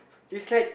it's like